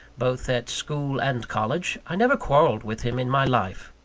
both at school and college, i never quarrelled with him in my life.